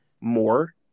more